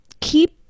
keep